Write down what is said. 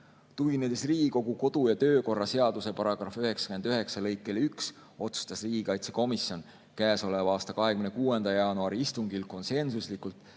Tuginedes Riigikogu kodu- ja töökorra seaduse § 99 lõikele 1, otsustas riigikaitsekomisjon käesoleva aasta 26. jaanuari istungil konsensuslikult